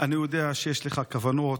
אני יודע שיש לך כוונות